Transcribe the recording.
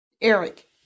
Eric